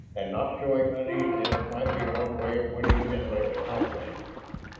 and not showing uneasiness might be one way of winning menlik's confidence.